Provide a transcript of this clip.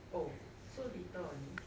oh so little only